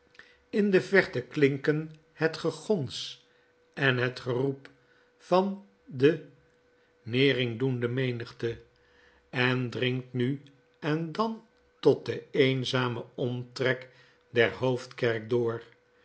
in de verte klinken het gegons en net geroep van de neringdoende menigte en dringt nu en dan tot den eenzamen omtrek der hoofdkerk door